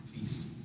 feast